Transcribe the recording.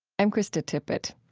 i'm krista tippett.